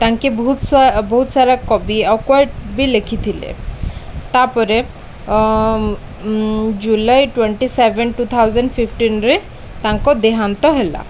ତାଙ୍କେ ବହୁତ ବହୁତ ସାରା କବି ବି ଲେଖିଥିଲେ ତା'ପରେ July twenty seven two thousand ଫିଫଟିନ୍ରେ ତାଙ୍କ ଦେହାନ୍ତ ହେଲା